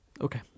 okay